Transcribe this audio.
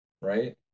right